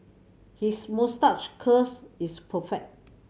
his moustache curls is perfect